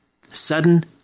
Sudden